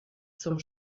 zum